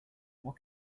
what